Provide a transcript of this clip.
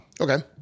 Okay